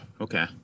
okay